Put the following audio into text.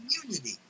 community